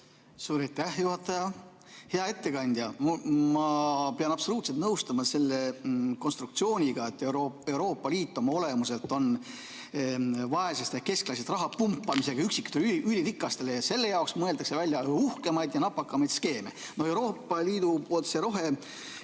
Suur aitäh, juhataja! Hea ettekandja! Ma pean absoluutselt nõustuma selle konstruktsiooniga, et Euroopa Liit oma olemuselt on vaesest ja keskklassist raha pumpamiseks üksikutele ülirikastele ja selle jaoks mõeldakse välja üha uhkemaid ja napakamaid skeeme. Euroopa Liidu rohe‑